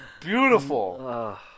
beautiful